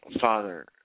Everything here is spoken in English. Father